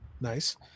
Nice